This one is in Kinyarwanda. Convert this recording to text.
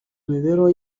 mibereho